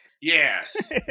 Yes